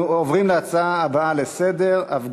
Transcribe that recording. נעבור להצעות לסדר-היום מס' 2161,